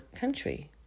country